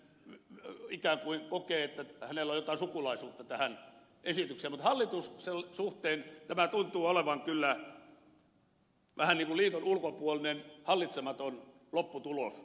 tynkkynen ikään kuin kokee että hänellä on jotain sukulaisuutta tähän esitykseen mutta hallituksen suhteen tämä tuntuu olevan kyllä vähän niin kuin liiton ulkopuolinen hallitsematon lopputulos